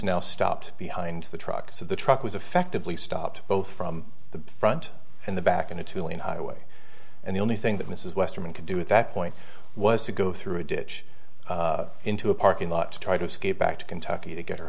now stopped behind the truck so the truck was effectively stopped both from the front and the back in a two lane highway and the only thing that mrs westerman could do at that point was to go through a ditch into a parking lot to try to escape back to kentucky to get her